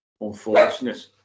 unfortunate